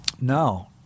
No